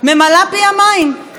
שותקת כמו דג.